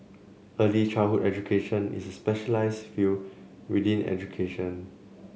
early childhood education is a specialised field within education